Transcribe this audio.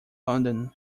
london